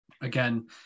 Again